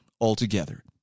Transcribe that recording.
altogether